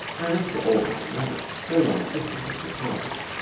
and for aught i know may run up the sides of houses.